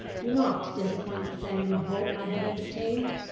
do not disappoint the sanguine hope i have entertained!